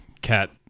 Cat